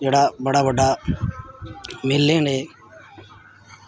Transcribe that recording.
जेह्ड़ा बड़ा बड्डा मेले न एह्